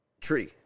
tree